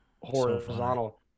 horizontal